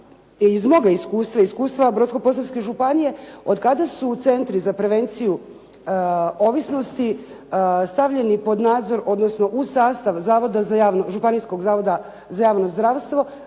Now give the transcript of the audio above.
da iz moga iskustva, iz iskustva Brodsko-posavske županije od kada su centri za prevenciju ovisnosti stavljeni pod nadzor odnosno u sastav Županijskog zavoda za javno zdravstvo